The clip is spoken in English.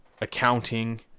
accounting